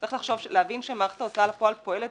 צריך להבין שמערכת ההוצאה לפועל פועלת